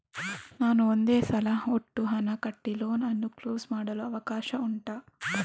ನಾನು ಒಂದೇ ಸಲ ಒಟ್ಟು ಹಣ ಕಟ್ಟಿ ಲೋನ್ ಅನ್ನು ಕ್ಲೋಸ್ ಮಾಡಲು ಅವಕಾಶ ಉಂಟಾ